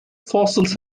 fossils